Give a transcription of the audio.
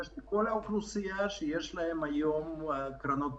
ולכל האוכלוסייה יש היום קרנות פנסיה.